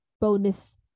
bonus